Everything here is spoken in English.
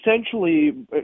essentially